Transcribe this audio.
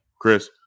Chris